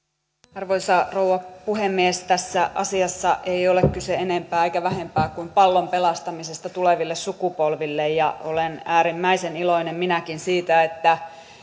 arvoisa rouva puhemies tässä asiassa ei ole kyse enempää eikä vähempää kuin pallon pelastamisesta tuleville sukupolville ja minäkin olen äärimmäisen iloinen siitä että